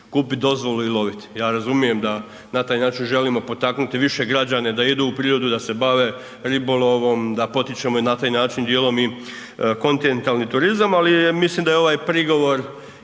kupiti dozvolu i loviti. Ja razumijem da na taj način želimo potaknuti više građane da idu u prirodu, da se bave ribolovom, da potičemo na taj način dijelom i kontinentalni turizam, ali mislim da je ovaj prigovor